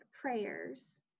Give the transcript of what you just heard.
prayers